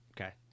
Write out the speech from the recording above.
Okay